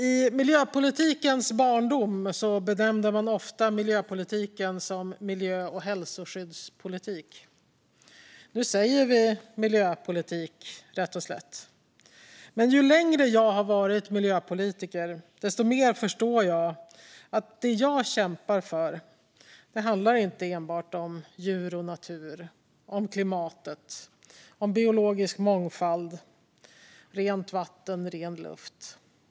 I miljöpolitikens barndom benämnde man ofta miljöpolitiken som miljö och hälsoskyddspolitik. Nu säger vi rätt och slätt miljöpolitik. Men ju längre jag har varit miljöpolitiker, desto mer förstår jag att det jag kämpar för inte enbart handlar om djur och natur, klimat, biologisk mångfald, rent vatten och ren luft.